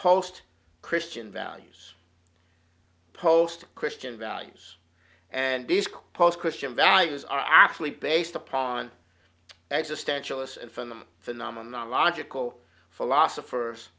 post christian values post christian values and these posts christian values are actually based upon existentialists and from the phenomenon logical philosophers